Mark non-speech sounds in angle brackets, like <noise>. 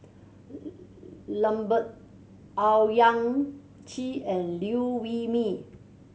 <unintelligible> Lambert Owyang Chi and Liew Wee Mee